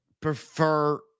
prefer